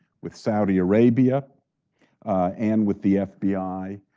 with saudi arabia and with the fbi,